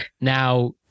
Now